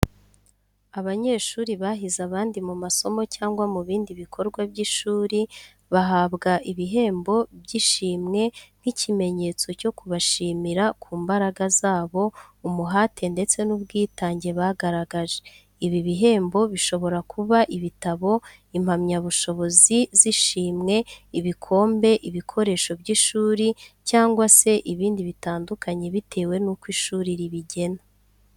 Abanyeshuri bahize abandi mu masomo cyangwa mu bindi bikorwa by'ishuri bahabwa ibihembo byishimwe nk'ikimenyetso cyo kubashimira ku mbaraga zabo, umuhate ndetse n'ubwitange bagaragaje. Ibi bihembo bishobora kuba ibitabo, impamyabushobozi z'ishimwe, ibikombe, ibikoresho by’ishuri cyangwa se ibindi bitandukanye bitewe nuko ishuri ribigena.